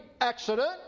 accident